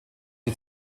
die